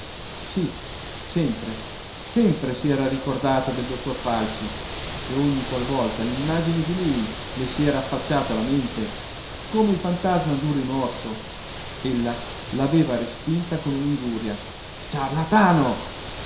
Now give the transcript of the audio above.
sì sempre sempre si era ricordata del dottor falci e ogni qual volta l'immagine di lui le si era affacciata alla mente come il fantasma d'un rimorso ella l'aveva respinta con una ingiuria ciarlatano